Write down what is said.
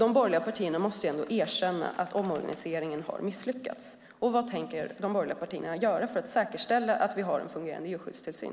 De borgerliga partierna måste ändå erkänna att omorganiseringen har misslyckats. Vad tänker de borgerliga partierna göra för att säkerställa att vi har en fungerande djurskyddstillsyn?